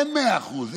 אין מאה אחוז,